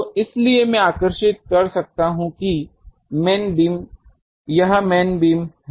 तो इसलिए मैं इन्हें आकर्षित कर सकता हूं कि यह मेन बीम है